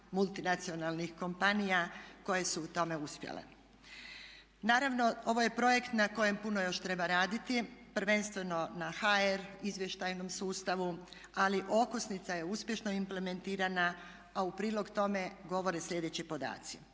multinacionalnih kompanija koje su u tome uspjele. Naravno, ovo je projekt na kojem puno još treba raditi, prvenstveno na hr. izvještajnom sustavu ali okosnica je uspješno implementirana, a u prilog tome govore sljedeći podaci.